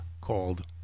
called